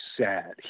sad